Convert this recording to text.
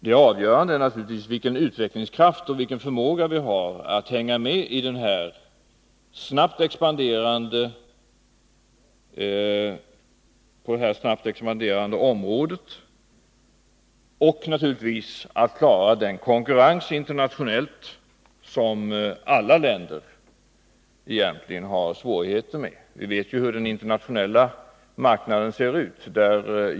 Det avgörande är naturligtvis vilken utvecklingskraft och förmåga vi har att hänga med på det här snabbt expanderande området och klara den konkurrens internationellt som alla länder egentligen har svårigheter med. Vi vet ju hur den internationella marknaden ser ut.